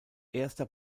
erster